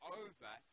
over